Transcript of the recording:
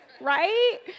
right